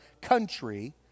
country